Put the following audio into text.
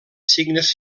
signes